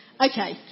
Okay